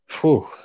Whew